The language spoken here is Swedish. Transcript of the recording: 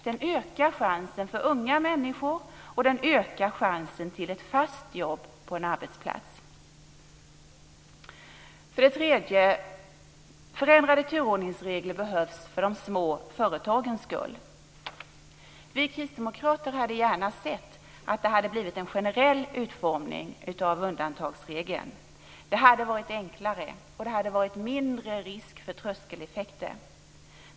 Den ökar chansen för unga människor, och den ökar chansen till ett fast jobb på en arbetsplats. För det tredje: Förändrade turordningsregler behövs för de små företagens skull. Vi kristdemokrater hade gärna sett att det hade blivit en generell utformning av undantagsregeln. Det hade varit enklare, och det hade varit mindre risk för tröskeleffekter.